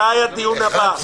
הישיבה ננעלה בשעה